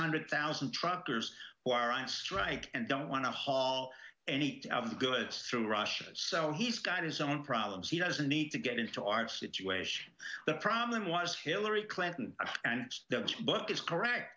hundred thousand truckers who are on strike and don't want to haul any of the goods through russia so he's got his own problems he doesn't need to get into our situation the problem was hillary clinton and the book is correct